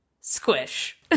Squish